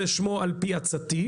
זה שמו על פי עצתי,